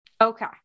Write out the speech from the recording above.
Okay